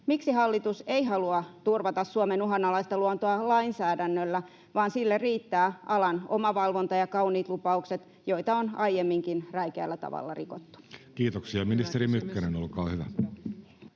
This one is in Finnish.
miksi hallitus ei halua turvata Suomen uhanalaista luontoa lainsäädännöllä, vaan sille riittävät alan omavalvonta ja kauniit lupaukset, joita on aiemminkin räikeällä tavalla rikottu? [Speech 77] Speaker: Jussi